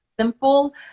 simple